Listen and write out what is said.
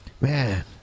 Man